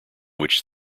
which